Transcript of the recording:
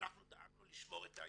אנחנו דאגנו לשמור את האינטרנט.